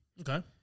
Okay